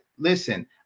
Listen